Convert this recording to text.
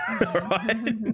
Right